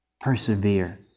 Persevere